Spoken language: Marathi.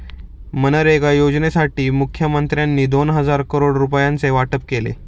मनरेगा योजनेसाठी मुखमंत्र्यांनी दोन हजार करोड रुपयांचे वाटप केले